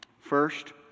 First